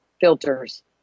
filters